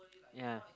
ya